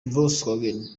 volkswagen